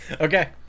Okay